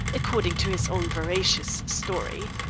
according to his own veracious story.